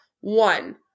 one